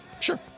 Sure